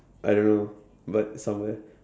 I don't know but somewhere